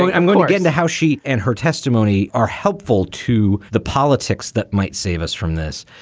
i'm going to get into how she and her testimony are helpful to the politics that might save us from this.